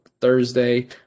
Thursday